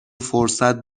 فرصت